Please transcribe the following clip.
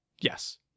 yes